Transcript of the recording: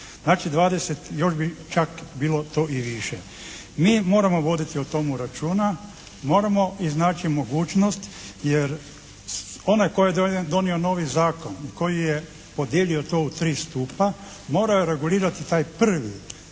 Znači 20, još bi čak bilo to i više. Mi moramo voditi o tomu računa, moramo iznaći mogućnost jer onaj tko je donio novi zakon i koji je podijelio to u tri stupa morao je regulirati taj pravi stup